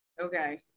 Okay